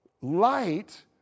Light